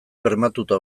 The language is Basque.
bermatuta